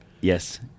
Yes